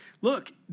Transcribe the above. look